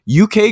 uk